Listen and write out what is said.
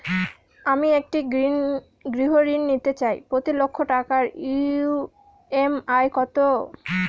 আমি একটি গৃহঋণ নিতে চাই প্রতি লক্ষ টাকার ই.এম.আই কত?